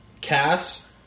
Cass